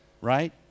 right